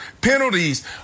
Penalties